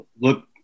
look –